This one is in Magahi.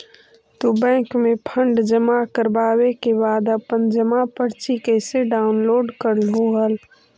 तू बैंक में फंड जमा करवावे के बाद अपन जमा पर्ची कैसे डाउनलोड करलू हल